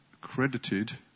credited